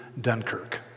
Dunkirk